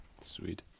sweet